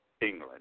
England